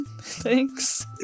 Thanks